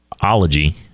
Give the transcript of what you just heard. ology